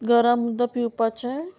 गरम उदक पिवपाचें